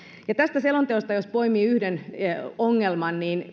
ja tästä selonteosta jos poimii yhden ongelman niin